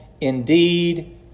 Indeed